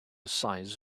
size